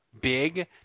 big